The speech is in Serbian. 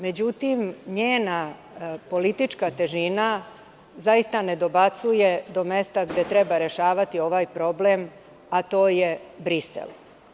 Međutim, njena politička težina ne dobacuje do mesta gde treba rešavati ovaj problem, a to je Brisel.